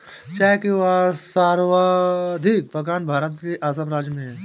चाय के सर्वाधिक बगान भारत में असम राज्य में है